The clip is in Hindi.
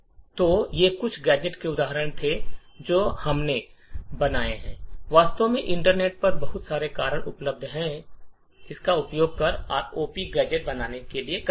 तो ये कुछ गैजेट के उदाहरण थे जो हमने बनाए हैं वास्तव में इंटरनेट पर बहुत सारे उपकरण उपलब्ध हैं जिनका उपयोग आप आरओपी गैजेट बनाने के लिए कर सकते हैं